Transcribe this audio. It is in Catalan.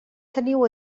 teniu